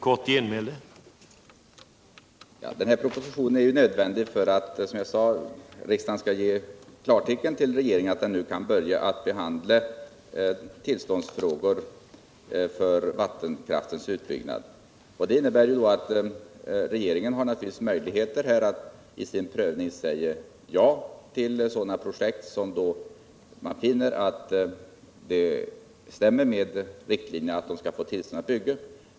Herr talman! Denna proposition har varit nödvändig därför att riksdagen skall ge klartecken till regeringen om att den nu kan börja behandla tillståndsfrågor för vattenkraftens utbyggnad. Det innebär då att regeringen naturligtvis har möjligheter att vid sin prövning säga ja till sådana byggprojekt som man finner stämmer med riktlinjerna.